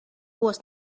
was